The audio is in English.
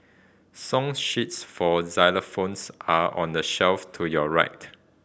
song sheets for xylophones are on the shelf to your right